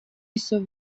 jsou